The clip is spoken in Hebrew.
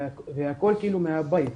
והכל מהבית.